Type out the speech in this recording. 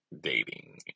dating